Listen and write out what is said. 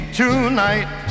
tonight